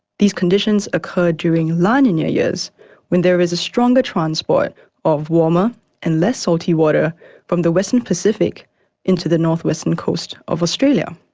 these conditions occurred during la ninayears when there is a stronger transport of warmer and less salty water from the western pacific into the north-western coast of australia.